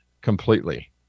completely